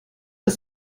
als